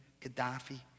Gaddafi